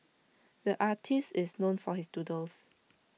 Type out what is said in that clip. the artist is known for his doodles